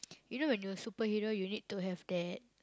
you know when you superhero you need to have that